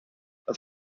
auf